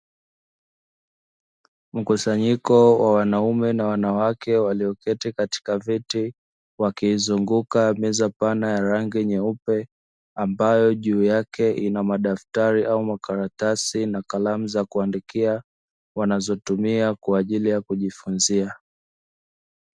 Mkusanyiko wa wanaume na wanawake walioketi katika viti wakiizunguka meza pana ya rangi nyeupe ambayo juu yake inamadaftari au makaratasi na kalamu za kuandikia wanazotumia kwa ajili ya kujifunzia.